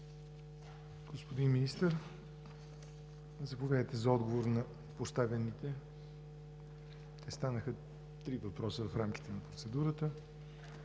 Господин Министър, заповядайте за отговор на поставения въпрос. Останаха три въпроса в рамките на процедурата,